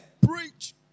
Preach